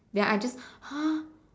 then I just !huh!